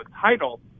title